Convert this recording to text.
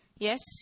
Yes